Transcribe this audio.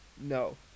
no